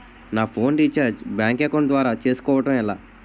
నా phone recharge bank account ద్వారా చేసుకోవటం ఎలా?